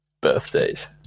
Birthdays